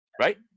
Right